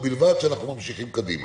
ובלבד שאנחנו ממשיכים קדימה.